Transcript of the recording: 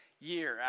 year